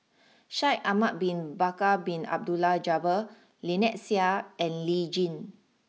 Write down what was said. Shaikh Ahmad Bin Bakar Bin Abdullah Jabbar Lynnette Seah and Lee Tjin